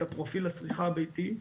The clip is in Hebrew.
פרופיל הצריכה הביתית,